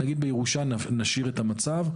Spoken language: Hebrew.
נגיד בירושה נשאיר את המצב,